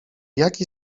jaki